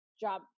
job